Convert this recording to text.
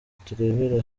turebere